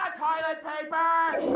toilet paper?